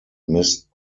missed